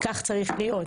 כך צריך להיות.